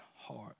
heart